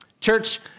Church